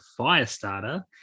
Firestarter